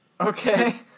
Okay